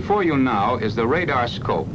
before you now is the radar scope